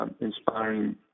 inspiring